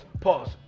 Pause